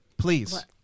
Please